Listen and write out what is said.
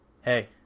hey